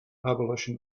abolition